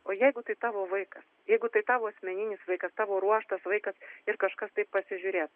o jeigu tai tavo vaikas jeigu tai tavo asmeninis vaikas tavo ruoštas vaikas ir kažkas taip pasižiūrės